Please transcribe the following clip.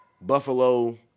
Buffalo